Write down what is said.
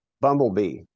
bumblebee